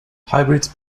hybrids